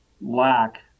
lack